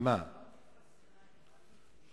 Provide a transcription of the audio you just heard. אנחנו אומרים "פלסטינים",